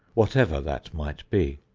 whatever that might be.